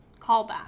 callback